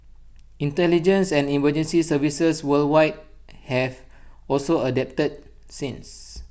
intelligence and emergency services worldwide have also adapted since